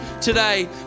today